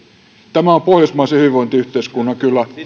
tämä on kyllä pohjoismaisen hyvinvointiyhteiskunnan